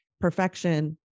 perfection